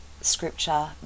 scripture